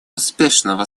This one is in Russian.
успешного